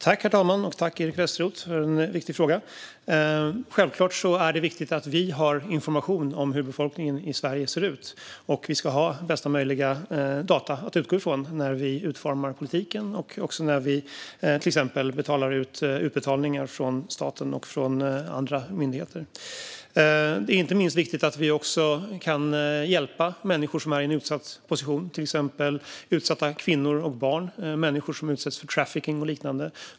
Herr talman! Tack, Eric Westroth, för en viktig fråga! Självklart är det viktigt att vi har information om hur befolkningen i Sverige ser ut. Vi ska ha bästa möjliga data att utgå från när vi utformar politiken och när vi till exempel gör utbetalningar från staten och från andra myndigheter. Inte minst är det viktigt att vi också kan hjälpa människor i en utsatt position, till exempel utsatta kvinnor och barn, människor som utsätts för trafficking och liknande.